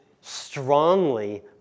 strongly